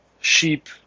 sheep